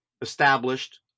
Established